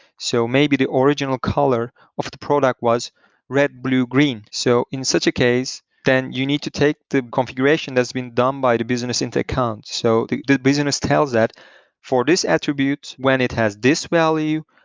so maybe the original color of the product was red, blue, green. so in such a case, then you need to take the configuration that's been done by the business into account. so the the business tells that for this attribute, when it has this value,